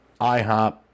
IHOP